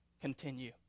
continue